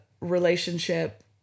relationship